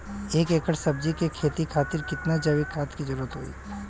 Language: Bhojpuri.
एक एकड़ सब्जी के खेती खातिर कितना जैविक खाद के जरूरत होई?